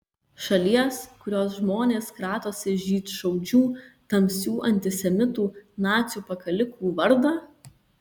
šalies kurios žmonės kratosi žydšaudžių tamsių antisemitų nacių pakalikų vardo